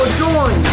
join